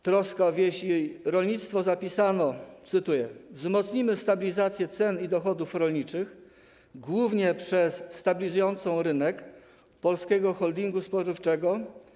Troska o wieś i rolnictwo zapisano, cytuję: Wzmocnimy stabilizację cen i dochodów rolniczych głównie przez stabilizującą rynek działalność Polskiego Holdingu Spożywczego.